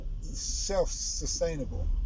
self-sustainable